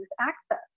access